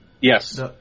Yes